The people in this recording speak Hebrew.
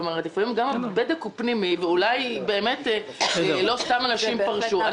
לפעמים הבדק הוא פנימי ואולי לא סתם אנשים פרשו.